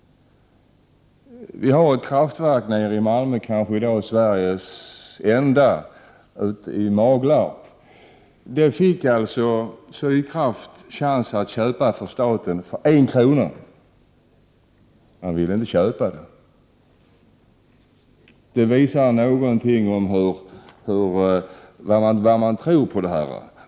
Vi har ett kraftverk i Malmö, kanske i dag Sveriges enda, i Maglarp. Sydkraft fick chans att köpa det av staten för en krona. Man ville inte köpa det. Det visar något om vad man tror om detta.